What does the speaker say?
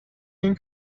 این